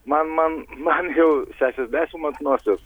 man man man jau šešiasdešim ant nosies